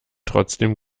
trotzdem